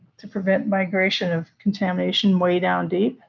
to prevent migration of contamination way down deep,